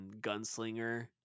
gunslinger